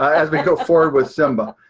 as we go forward with simba.